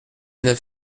neuf